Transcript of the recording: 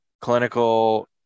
clinical